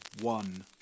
one